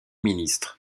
ministre